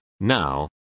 Now